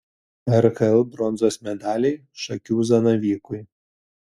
rkl bronzos medaliai šakių zanavykui